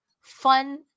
fun